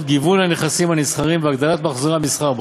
גיוון הנכסים הנסחרים והגדלת מחזורי המסחר בה.